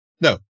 No